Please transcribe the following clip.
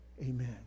amen